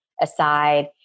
aside